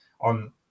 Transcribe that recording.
on